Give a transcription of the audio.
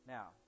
Now